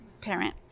parent